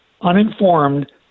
uninformed